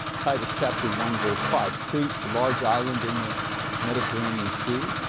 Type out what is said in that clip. titus chapter one, verse five. crete, large island in the mediterranean sea.